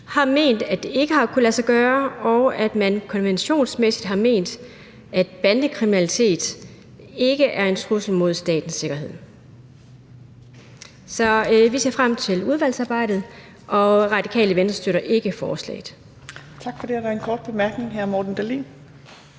har ment, at det ikke kan lade sig gøre, og at man konventionsmæssigt har ment, at bandekriminalitet ikke er en trussel mod statens sikkerhed. Vi ser frem til udvalgsarbejdet, men Det Radikale Venstre støtter ikke forslaget. Kl. 18:51 Fjerde næstformand (Trine Torp): Tak